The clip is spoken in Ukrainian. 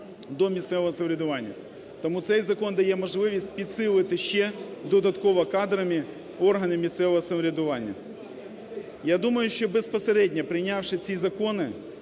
до місцевого самоврядування. Тому цей закон дає можливість підсилити ще додатково кадрами органи місцевого самоврядування. Я думаю, що безпосередньо прийнявши ці закони,